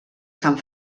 sant